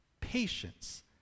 Patience